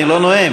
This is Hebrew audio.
אני לא נואם.